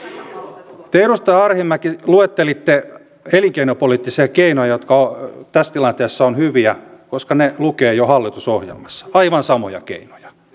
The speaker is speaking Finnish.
te edustaja arhinmäki luettelitte elinkeinopoliittisia keinoja jotka tässä tilanteessa ovat hyviä koska ne lukevat jo hallitusohjelmassa aivan samoja keinoja